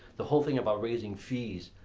the whole thing about raising fees